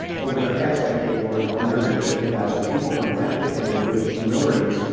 over the past decade, more than one hundred and fifty thousand people from ethnic and religious minorities,